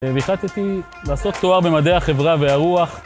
והחלטתי לעשות תואר במדעי החברה והרוח.